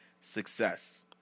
success